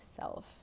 self